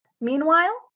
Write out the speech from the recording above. Meanwhile